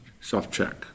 self-check